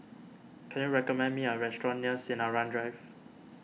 can you recommend me a restaurant near Sinaran Drive